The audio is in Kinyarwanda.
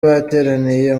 bateraniye